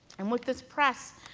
and with this press,